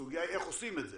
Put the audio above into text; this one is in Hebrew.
הסוגיה היא איך עושים את זה,